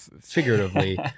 figuratively